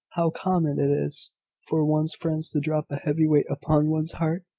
how common it is for one's friends to drop a heavy weight upon one's heart,